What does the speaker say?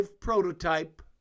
prototype